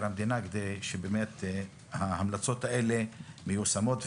המדינה כדי שנראה שההמלצות האלה מיושמות.